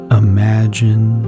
imagine